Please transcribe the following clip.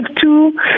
two